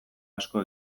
asko